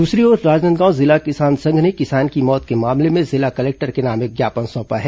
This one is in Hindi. दूसरी ओर राजनांदगांव जिला किसान संघ ने किसान की मौत के मामले में जिला कलेक्टर के नाम एक ज्ञापन सौंपा है